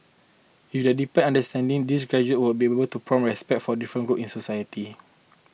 with their deepened understanding these graduates would be able to promote respect for different groups in society